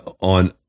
on